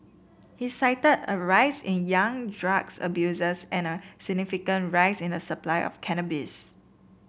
he cited a rise in young drugs abusers and a significant rise in the supply of cannabis